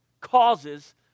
causes